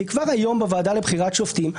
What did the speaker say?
כי כבר היום בוועדה לבחירת שופטים,